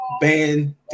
ban